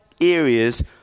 areas